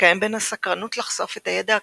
המתקיים בין הסקרנות לחשוף את הידע הקבור,